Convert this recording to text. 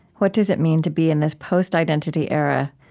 what does it mean to be in this post-identity era,